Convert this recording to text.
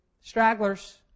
Stragglers